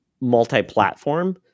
multi-platform